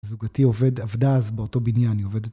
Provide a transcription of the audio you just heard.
זוגתי עובד עבדה אז באותו בניין, היא עובדת...